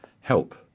help